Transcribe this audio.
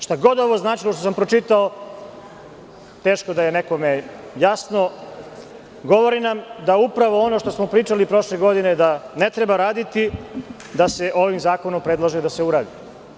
Šta god ovo značilo što sam pročitao teško da je nekome jasno, govori nam da upravo ono što smo pričali prošle godine da ne treba raditi, da se ovim zakonom predlaže da se uradi.